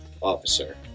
officer